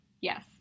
yes